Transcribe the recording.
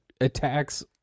attacks